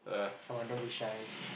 come on don't be shy